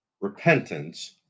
repentance